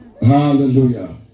Hallelujah